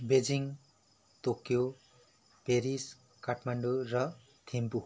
Beijing Tokyo Paris Kathmandu र थिम्पू